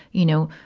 you know,